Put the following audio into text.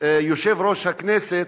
ויושב-ראש הכנסת,